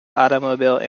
automobile